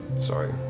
sorry